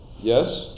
Yes